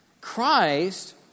Christ